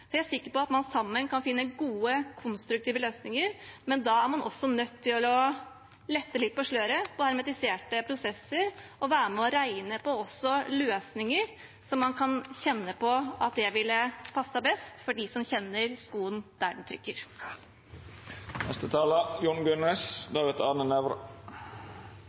Jeg er sikker på at man sammen kan finne gode, konstruktive løsninger, men da er man også nødt til å lette litt på sløret på hermetiserte prosesser og være med og regne på løsninger som ville passet best for dem som kjenner hvor skoen